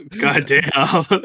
Goddamn